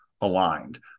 aligned